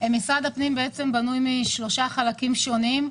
משרד הפנים בנוי משלושה חלקים שונים: